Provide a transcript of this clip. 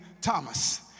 Thomas